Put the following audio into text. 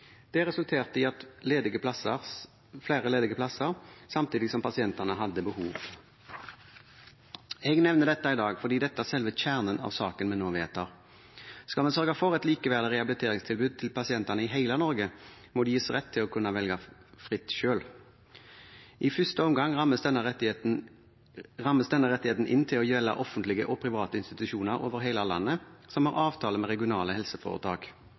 Det resulterte i flere ledige plasser, samtidig som pasientene hadde behov. Jeg nevner dette i dag fordi dette er selve kjernen i det vi nå vedtar. Skal vi sørge for et likeverdig rehabiliteringstilbud til pasientene i hele Norge, må de gis rett til å kunne velge fritt selv. I første omgang rammes denne rettigheten inn til å gjelde offentlige og private institusjoner over hele landet som har avtale med regionale helseforetak.